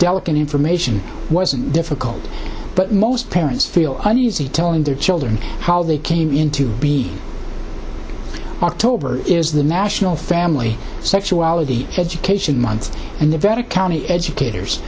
delicate information wasn't difficult but most parents feel uneasy telling their children how they came in to be october is the national family sexuality education month and the very county educators